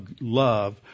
love